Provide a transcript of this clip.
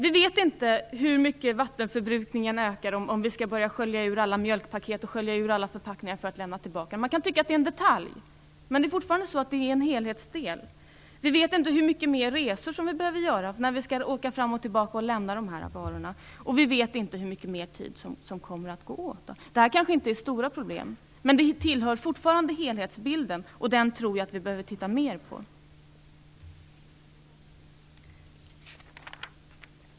Vi vet inte hur mycket vattenförbrukningen ökar om vi skall börja skölja ur alla mjölkpaket och andra förpackningar för att sedan lämna tillbaka dem. Det kan tyckas vara en detalj, men fortfarande är det fråga om en helhetsdel. Vi vet inte hur mycket mera vi behöver resa när vi skall åka fram och åter för att lämna tillbaka de här sakerna. Vidare vet vi inte hur mycket mera tid som går åt. Det här kanske inte är stora problem, men detta tillhör fortfarande helhetsbilden och den tror jag att vi behöver titta mera på.